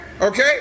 Okay